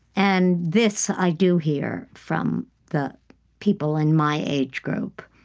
and this i do hear from the people in my age group,